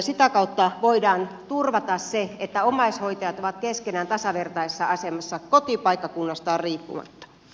sitä kautta voidaan turvata se että omaishoitajat ovat keskenään tasavertaisessa asemassa kotipaikkakunnastaan riippumatta